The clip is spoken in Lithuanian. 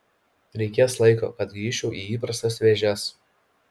reikės laiko kad grįžčiau į įprastas vėžes